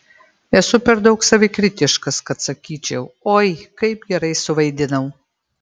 esu per daug savikritiškas kad sakyčiau oi kaip gerai suvaidinau